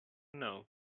know